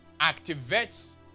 activates